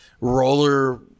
roller